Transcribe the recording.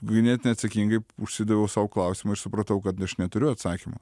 ganėtinai atsakingai užsidaviau sau klausimą aš supratau kad aš neturiu atsakymo